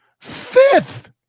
fifth